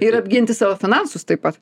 ir apginti savo finansus taip pat